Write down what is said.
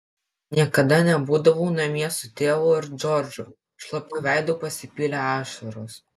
niekada nebūdavau namie su tėvu ir džordžu šlapiu veidu pasipylė ašaros